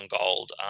gold